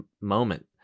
moment